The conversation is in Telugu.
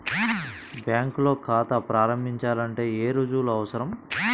బ్యాంకులో ఖాతా ప్రారంభించాలంటే ఏ రుజువులు అవసరం?